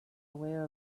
aware